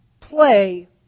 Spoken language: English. play